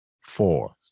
Four